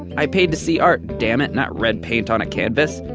i paid to see art, damn it, not red paint on a canvas.